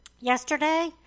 yesterday